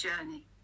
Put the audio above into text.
journey